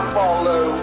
follow